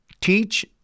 teach